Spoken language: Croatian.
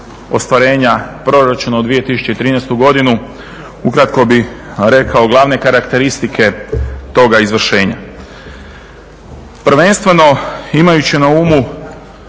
ostvarenja proračuna u 2013.godini ukratko bih rekao glavne karakteristike toga izvršenja. Prvenstveno imajući na umu